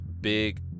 big